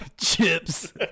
Chips